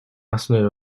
основе